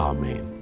Amen